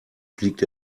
fliegt